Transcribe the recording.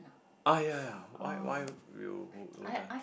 ah ya why why you would~ wouldn't